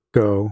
go